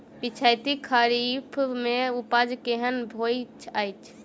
पिछैती खरीफ मे उपज केहन होइत अछि?